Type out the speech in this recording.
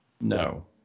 No